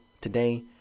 today